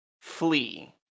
flee